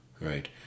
Right